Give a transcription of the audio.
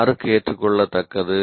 யாருக்கு ஏற்றுக்கொள்ளத்தக்கது